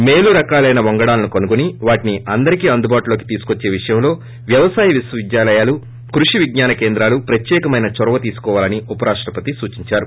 మేలు రకాలైన వంగడాలను కనుగొని వాటిని అందరికీ అందుబాటులోకి తెచ్చే విషయంలో వ్యవసాయ విశ్వవిద్యాలయాలు కృషి విజ్ఞాన కేంద్రాలు ప్రత్యేకమైన చొరవతీసుకోవాలని ఉపరాష్టపతి సూచిందారు